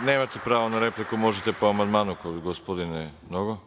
Milićević** Nemate pravo na repliku, možete po amandmanu, gospodine Nogo.